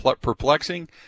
perplexing